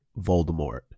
Voldemort